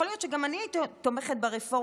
יכול להיות שגם אני הייתי תומכת ברפורמה